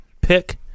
pick